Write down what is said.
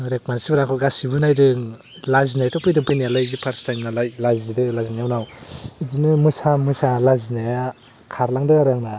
ओरै मानसिफोरा आंखौ गासिबो नायदों लाजिनायथ' फैदों फैनायालाय फार्स्त टाइम नालाय लाजिदों लाजिनाया उनाव बिदिनो मोसा मोसा लाजिनाया खारलांदों आरो आंना